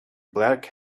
black